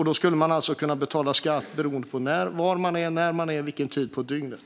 Då skulle man alltså betala skatt beroende på var man är vilken tid på dygnet.